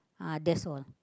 uh that's all